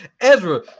Ezra